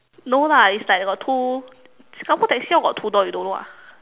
no lah it's like got two Singapore taxi all got two door you don't know ah